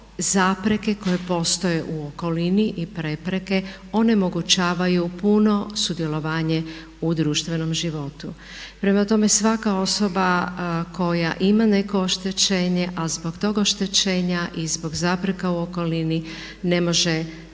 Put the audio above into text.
zapreke koje postoje u okolini i prepreke onemogućavaju puno sudjelovanje u društvenom životu. Prema tome, svaka osoba koja ima neko oštećenje, a zbog tog oštećenja i zbog zapreka u okolini ne može biti